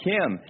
Kim